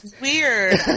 weird